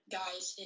guys